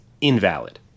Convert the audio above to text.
invalid